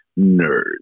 nerd